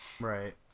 Right